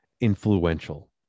influential